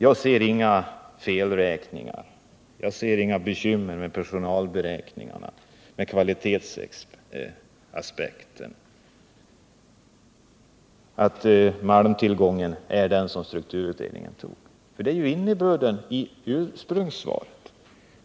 Jag ser i industriministerns lämnade svar inga bekymmer beträffande personalberäkningarna, beträffande kvalitetsaspekten eller beträffande strukturutredningens antaganden om malmtillgången.